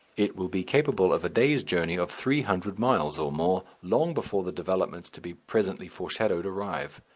it will be capable of a day's journey of three hundred miles or more, long before the developments to be presently foreshadowed arrive.